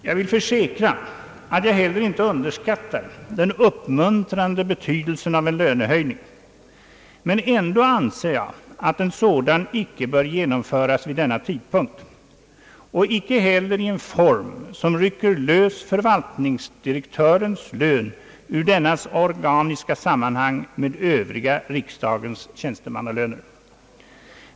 Jag vill försäkra, att jag inte heller underskattar den uppmuntrande betydelsen av en lönehöjning, men ändå anser jag att en sådan icke bör genomföras vid denna tidpunkt och icke heller i en form, som rycker lös förvaltningsdirektörens lön ur dennas organiska sammanhang med övriga löner för riksdagens tjänstemän.